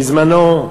בזמנו,